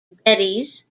geddes